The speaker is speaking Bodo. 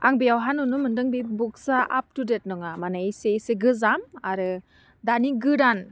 आं बेयावहा नुनो मोनदोंदि बुक्सआ आपटुडेट नङा माने इसे एसे गोजाम आरो दानि गोदान